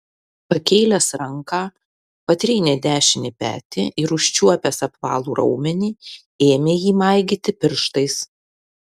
pakėlęs ranką patrynė dešinį petį ir užčiuopęs apvalų raumenį ėmė jį maigyti pirštais